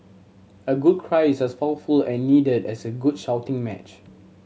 a good cry is as powerful and needed as a good shouting match